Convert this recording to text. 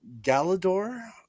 Galador